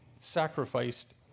sacrificed